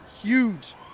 huge